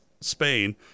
Spain